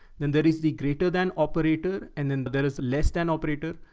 then there is the greater than operator. and then there is, less than operator.